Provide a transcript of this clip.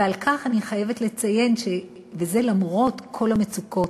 ואני חייבת לציין שזה למרות כל המצוקות,